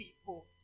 people